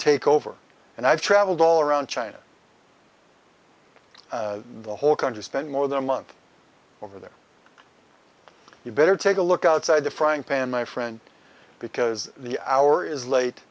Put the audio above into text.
take over and i've traveled all around china the whole country spent more than a month over there you better take a look outside the frying pan my friend because the hour is late